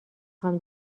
خوام